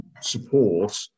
support